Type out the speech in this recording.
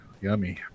yummy